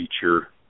feature